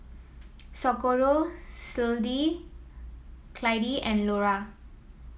Socorro Clydie and Lora